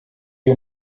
you